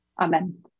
Amen